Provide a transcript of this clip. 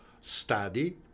study